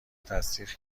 تصدیق